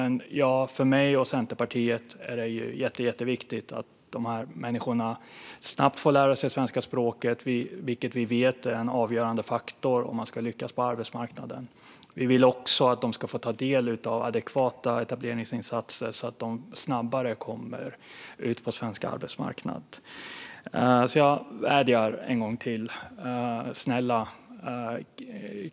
För mig och Centerpartiet är det jätteviktigt att människorna snabbt får lära sig svenska språket, vilket vi vet är en avgörande faktor om man ska lyckas på arbetsmarknaden. Vi vill också att de ska få ta del av adekvata etableringsinsatser så att de snabbare kommer ut på svensk arbetsmarknad. Jag vädjar en gång till: Snälla!